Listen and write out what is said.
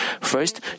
First